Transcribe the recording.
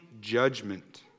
judgment